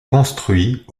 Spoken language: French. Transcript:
construit